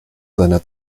seiner